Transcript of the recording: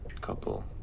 couple